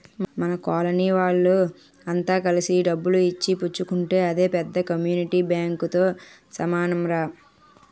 మన కోలనీ వోళ్ళె అంత కలిసి డబ్బులు ఇచ్చి పుచ్చుకుంటే అదే పెద్ద కమ్యూనిటీ బాంకుతో సమానంరా